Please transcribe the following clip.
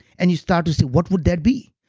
and you start to say, what would that be?